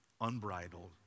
Unbridled